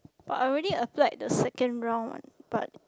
but I already applied the second round one but